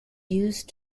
used